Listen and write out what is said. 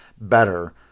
better